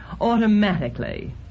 automatically